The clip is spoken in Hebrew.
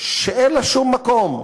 שאין לה שום מקום,